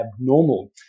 abnormal